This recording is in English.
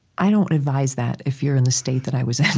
i don't advise that if you're in the state that i was in.